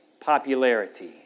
popularity